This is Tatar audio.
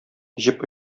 җеп